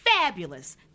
Fabulous